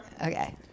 Okay